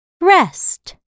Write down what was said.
rest